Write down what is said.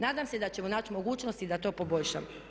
Nadam se da ćemo naći mogućnosti da to poboljšamo.